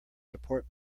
support